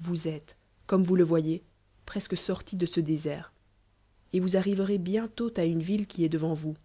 vous êtes comme veus le voyez plcs'llle sortis de ce désert et vous arriverez bienlt une ville qui est devant vans